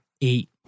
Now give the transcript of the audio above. eight